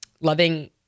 loving